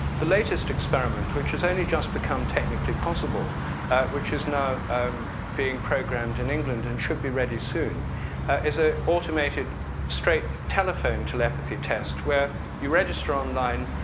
the latest experiment which is only just become technically possible which is now um being programmed in england and should be ready soon is an ah automated straight telephone telepathy test where you register online.